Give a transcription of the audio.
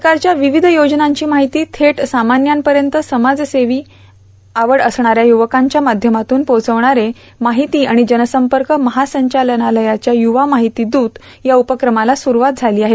सरकारच्या विविध योजनांची माहिती थेट सामान्यांपर्यत समाजसेवेची आवड असणाऱ्या युवकांच्या माध्यमातून पोहचविणारे माहिती आणि जनसंपर्क महासंचालनालयाच्या युवा माहिती दूत या उपक्रमाला सुरूवात झाली आहे